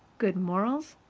good morals,